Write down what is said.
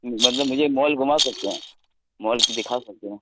مطلب مجھے مال گھما سکتے ہیں مال کی دکھا سکتے ہیں